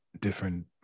different